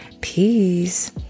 peace